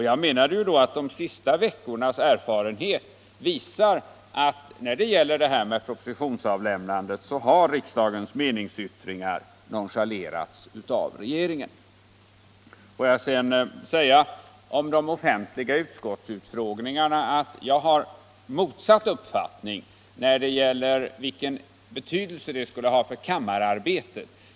Jag menar att de senaste veckornas erfarenheter visar att när det gäller propositionsavlämnandet har riksdagens meningsyttringar nonchalerats av regeringen. När det gäller offentliga utskottsutfrågningars betydelse för kammararbetet har jag motsatt uppfattning mot herr Johansson.